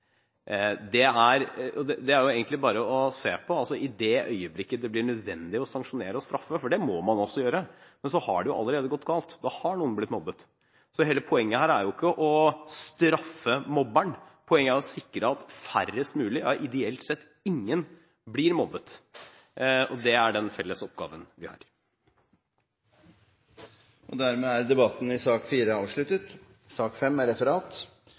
øyeblikket det blir nødvendig å sanksjonere og straffe, for det må man også gjøre, har det allerede gått galt, da har noen blitt mobbet. Hele poenget her er ikke å straffe mobberen, poenget er å sikre at færrest mulig – ideelt sett ingen – blir mobbet. Det er den felles oppgaven vi har. Dermed er debatten i sak nr. 4 avsluttet. Det foreligger ikke referat.